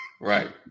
Right